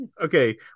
Okay